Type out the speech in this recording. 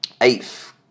eighth